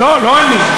לא, לא אני.